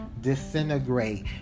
Disintegrate